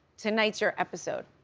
tonight's your episode.